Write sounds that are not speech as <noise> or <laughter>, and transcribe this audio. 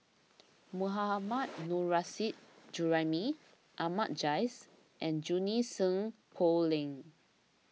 <noise> Mohammad Nurrasyid Juraimi Ahmad Jais and Junie Sng Poh Leng